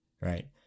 right